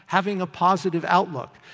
having a positive outlook.